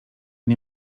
nie